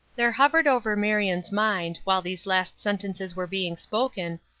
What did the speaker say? there hovered over marion's mind, while these last sentences were being spoken,